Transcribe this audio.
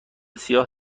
سیاه